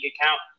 account